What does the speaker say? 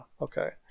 okay